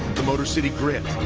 the motor city grit.